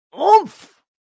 oomph